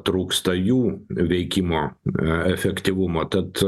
trūksta jų veikimo efektyvumo tad